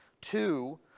Two